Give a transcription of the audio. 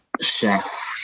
chef